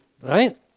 right